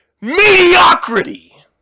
mediocrity